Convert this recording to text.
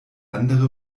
andere